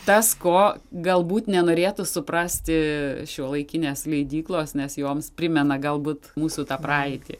tas ko galbūt nenorėtų suprasti šiuolaikinės leidyklos nes joms primena galbūt mūsų tą praeitį